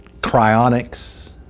cryonics